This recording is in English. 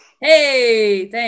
hey